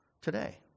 today